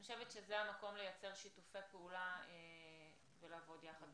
אני חושבת שזה המקום לייצר שיתופי פעולה ולעבוד ביחד.